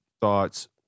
thoughts